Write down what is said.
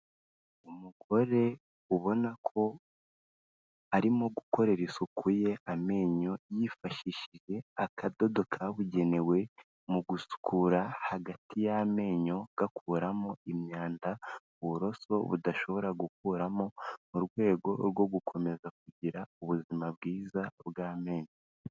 Umugore ubona ko arimo gukorera isuku ye amenyo yifashishije akadodo kabugenewe mu gusukura hagati y'amenyo gakuramo imyanda uburoso budashobora gukuramo mu rwego rwo gukomeza kugira ubuzima bwiza bw'amenyo.